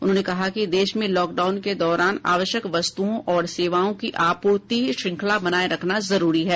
उन्होंनेकहा कि देश में लॉकडाउन के दौरान आवश्कयक वस्तुओं और सेवाओं की आपूर्ति श्रंखलाबनाये रखना जरूरी है